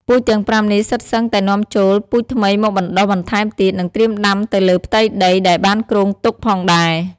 ពូជទាំង៥នេះសុទ្ធសឹងតែនាំចូលពូជថ្មីមកបណ្តុះបន្ថែមទៀត និងត្រៀមដាំទៅលើផ្ទៃដីដែលបានគ្រោងទុកផងដែរ។